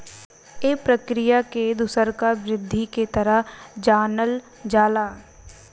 ए प्रक्रिया के दुसरका वृद्धि के तरह जानल जाला